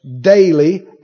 Daily